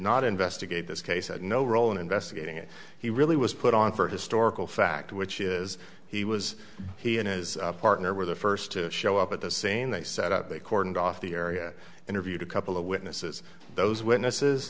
not investigate this case no role in investigating it he really was put on for historical fact which is he was he and his partner were the first to show up at the scene they set up they cordoned off the area interviewed a couple of witnesses those witnesses